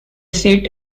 seat